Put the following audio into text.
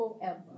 forever